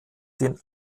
den